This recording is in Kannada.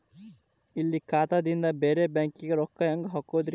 ಇಲ್ಲಿ ಖಾತಾದಿಂದ ಬೇರೆ ಬ್ಯಾಂಕಿಗೆ ರೊಕ್ಕ ಹೆಂಗ್ ಹಾಕೋದ್ರಿ?